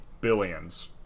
billions